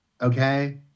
Okay